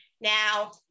Now